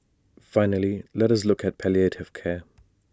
finally let us look at palliative care